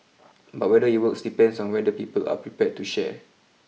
but whether it works depends on whether people are prepared to share